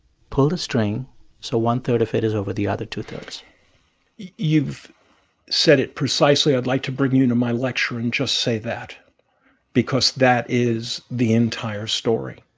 pull the string so one-third of it is over the other two-thirds you've said it precisely. i'd like to bring you into my lecture and just say that because that is the entire story.